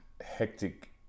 hectic